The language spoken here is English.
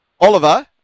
Oliver